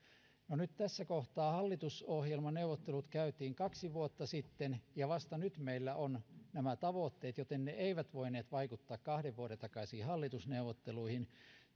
hallitusohjelmaneuvottelut käytiin kaksi vuotta sitten ja vasta nyt meillä ovat nämä tavoitteet joten ne eivät voineet vaikuttaa kahden vuoden takaisiin hallitusneuvotteluihin